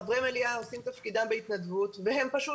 חברי מליאה עושים את תפקידם בהתנדבות והם פשוט